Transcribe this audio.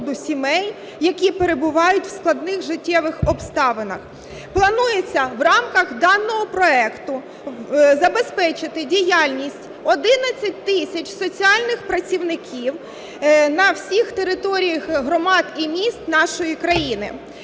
Планується в рамках даного проекту забезпечити діяльність 11 тисяч соціальних працівників на всіх територіях громад і міст нашої країни.